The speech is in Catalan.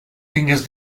tingues